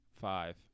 five